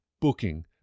Booking